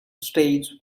stage